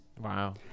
Wow